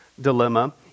dilemma